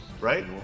right